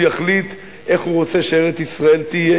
הוא יחליט איך הוא רוצה שארץ-ישראל תהיה,